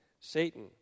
Satan